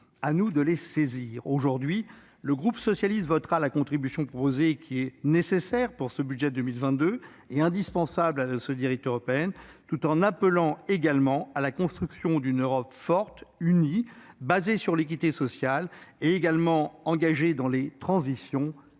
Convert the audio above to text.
à nous de les saisir. Aujourd'hui, le groupe socialiste votera la contribution proposée dans ce budget pour 2022, qui est indispensable à la solidarité européenne, tout en appelant également à la construction d'une Europe forte, unie, fondée sur l'équité sociale et engagée dans les transitions, la